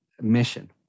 mission